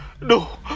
no